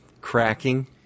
cracking